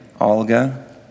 Olga